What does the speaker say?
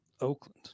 Oakland